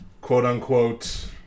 quote-unquote